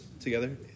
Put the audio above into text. together